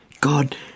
God